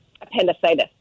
appendicitis